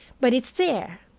but it's there.